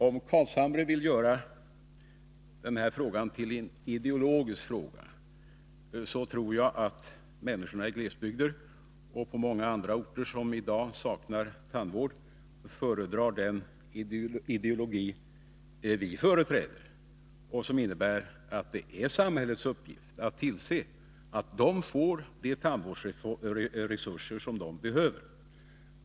Om Nils Carlshamre vill göra denna fråga till en ideologisk fråga, vill jag säga att jag tror att människorna i glesbygdsorterna och i många andra privatpraktiseorter som i dag saknar tandvård föredrar den ideologi som vi företräder och — rande tandläkare som innebär att det är samhällets uppgift att se till att vi får de till tandvårdsförtandvårdsresurser som människorna behöver.